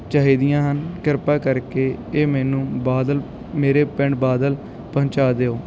ਚਾਹੀਦੀਆਂ ਹਨ ਕਿਰਪਾ ਕਰਕੇ ਇਹ ਮੈਨੂੰ ਬਾਦਲ ਮੇਰੇ ਪਿੰਡ ਬਾਦਲ ਪਹੁੰਚਾ ਦਿਓ